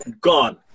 gone